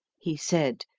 he said,